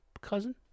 cousin